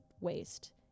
waste